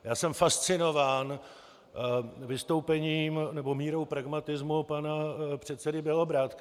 Já jsem fascinován vystoupením nebo mírou pragmatismu pana předsedy Bělobrádka.